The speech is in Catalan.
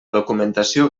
documentació